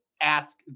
ask